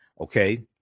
okay